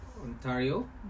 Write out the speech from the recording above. Ontario